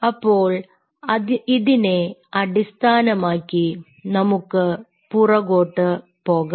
അപ്പോൾ ഇതിനെ അടിസ്ഥാനമാക്കി നമുക്ക് പുറകിലോട്ട് പോകാം